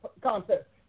concept